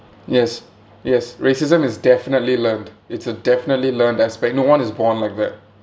yes yes racism is definitely learnt it's a definitely learnt aspect no one is born like that